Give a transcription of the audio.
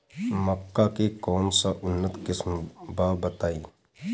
मक्का के कौन सा उन्नत किस्म बा बताई?